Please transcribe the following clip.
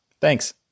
Thanks